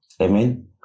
amen